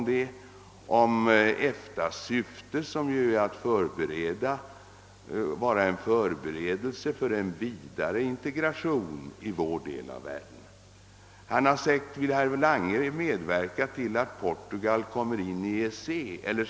Det gäller EFTA:s syfte, som ju är att vara en förberedelse för en vidare integration i vår del av världen. Herr Ahlmark har frågat: Vill herr Lange medverka till att Portugal kommer in i EEC?